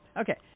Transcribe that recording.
Okay